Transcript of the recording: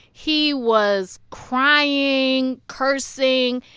he was crying, cursing.